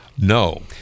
No